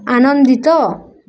ଆନନ୍ଦିତ